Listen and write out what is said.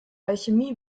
alchemie